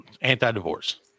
Anti-divorce